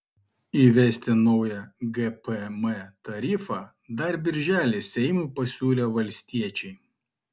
įvesti naują gpm tarifą dar birželį seimui pasiūlė valstiečiai